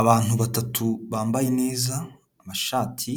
Abantu batatu bambaye neza amashati